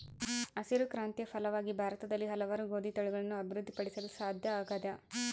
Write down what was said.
ಹಸಿರು ಕ್ರಾಂತಿಯ ಫಲವಾಗಿ ಭಾರತದಲ್ಲಿ ಹಲವಾರು ಗೋದಿ ತಳಿಗಳನ್ನು ಅಭಿವೃದ್ಧಿ ಪಡಿಸಲು ಸಾಧ್ಯ ಆಗ್ಯದ